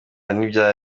n’ibya